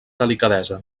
delicadesa